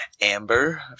amber